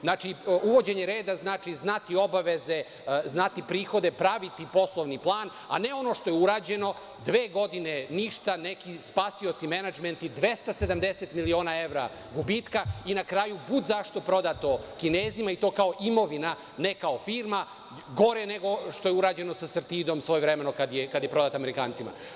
Znači, uvođenje reda znači, znati obaveze, znati prihode, praviti poslovni plan, a ne ono što je urađeno, dve godine ništa, neki spasioci, menadžmenti, 270 miliona evra gubitka i na kraju bud zašto prodato Kinezima i to kao imovina, ne kao firma, gore nego što je urađeno sa „Sartidom“ svojevremeno, kad je prodat Amerikancima.